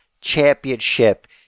championship